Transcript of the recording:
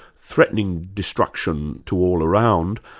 threatening destruction to all around,